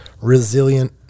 Resilient